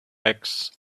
eggs